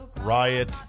riot